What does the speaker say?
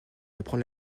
apprend